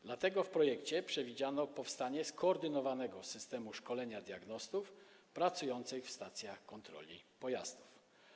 Dlatego w projekcie przewidziano powstanie skoordynowanego systemu szkolenia diagnostów pracujących w stacjach kontroli pojazdów.